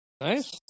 Nice